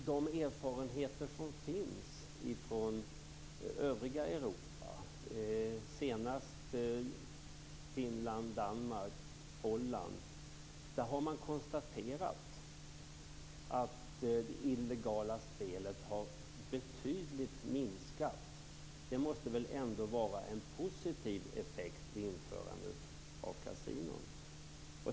De erfarenheter som finns från det övriga Europa, senast från Finland, Danmark och Holland, är att det illegala spelet har minskat betydligt. Det måste ändå vara en positiv effekt vid införande av kasinon.